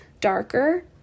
darker